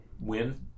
win